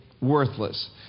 worthless